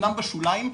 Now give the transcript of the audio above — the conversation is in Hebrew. אומנם בשוליים,